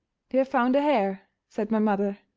they have found a hare, said my mother,